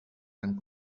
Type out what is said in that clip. tant